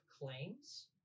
claims